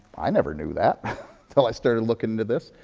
i never knew that etil i started looking into this.